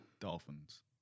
Dolphins